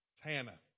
Hannah